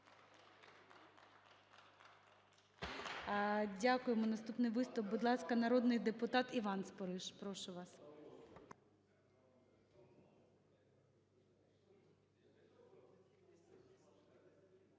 Дякуємо. Наступний виступ. Будь ласка, народний депутат Іван Спориш. Прошу вас.